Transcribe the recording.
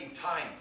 time